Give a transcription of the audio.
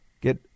get